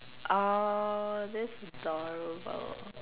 uh let's